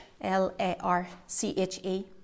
L-A-R-C-H-E